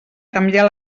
canviar